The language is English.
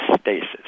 stasis